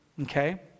Okay